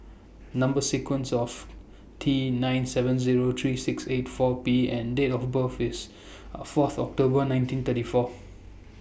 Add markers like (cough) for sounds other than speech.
(noise) Number sequence of T nine seven Zero three six eight four P and Date of birth IS (hesitation) Fourth October nineteen thirty Fourth